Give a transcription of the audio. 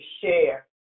share